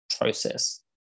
process